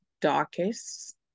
darkest